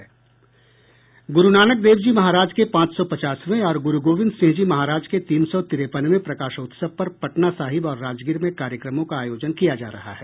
गुरुनानक देव जी महाराज के पांच सौ पचासवें और गुरु गोविंद सिंह जी महाराज के तीन सौ तिरेपनवें प्रकाशोत्सव पर पटना साहिब और राजगीर में कार्यक्रमों का आयोजन किया जा रहा है